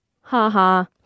ha-ha